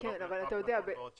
אבל לא בהכרח נכון לעוד שנה.